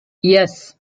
yes